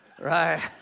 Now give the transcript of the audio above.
right